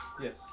Yes